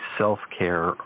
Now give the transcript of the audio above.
self-care